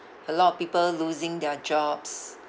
a lot of people losing their jobs